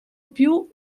più